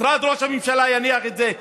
משרד ראש הממשלה יניח את זה.